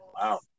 Wow